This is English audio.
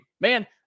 Man